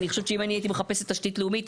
אני חושבת שאם אני הייתי מחפשת תשתית לאומית,